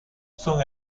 son